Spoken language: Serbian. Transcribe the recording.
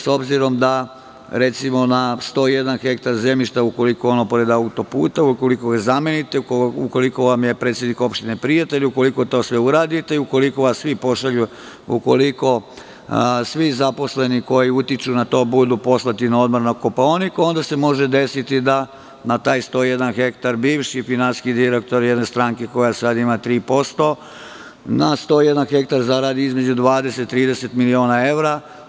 S obzirom da, recimo, na 101 hektar zemljišta ukoliko je ono pored auto puta, ukoliko ga zamenite, ukoliko vam je predsednik opštine prijatelj, ukoliko to sve uradite, ukoliko vas svi pošalju, ukoliko svi zaposleni koji utiču na to budu poslati na odmor na Kopaonik, onda se može desiti da na taj 101 hektar, bivši finansijski direktor jedne stranke, koja sada ima 3%, zaradi između 20-30 miliona evra.